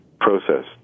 process